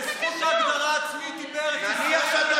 וזכות הגדרה עצמית היא בארץ ישראל,